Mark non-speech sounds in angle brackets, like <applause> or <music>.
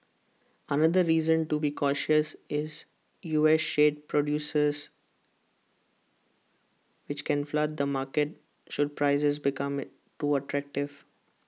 another reason to be cautious is U S shale producers which can flood the market should prices become <unintelligible> too attractive